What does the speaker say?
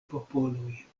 popoloj